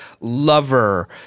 lover